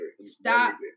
stop